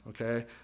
okay